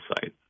site